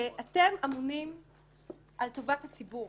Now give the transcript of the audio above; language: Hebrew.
שאתם אמונים על טובת הציבור